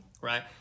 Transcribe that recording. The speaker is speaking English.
right